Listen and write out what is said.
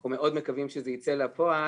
אנחנו מאוד מקווים שזה ייצא לפועל.